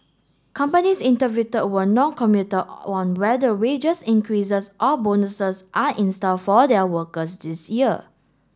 companies interview were noncommittal on whether wages increases or bonuses are in store for their workers this year